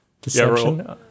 Deception